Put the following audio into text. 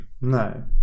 No